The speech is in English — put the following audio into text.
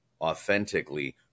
authentically